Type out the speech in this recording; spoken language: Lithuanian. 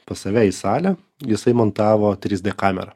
pas save į salę jisai montavo trys dė kamerą